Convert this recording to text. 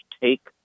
take